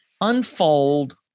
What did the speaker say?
unfold